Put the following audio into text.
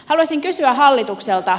haluaisin kysyä hallitukselta